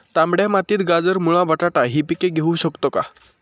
तांबड्या मातीत गाजर, मुळा, बटाटा हि पिके घेऊ शकतो का?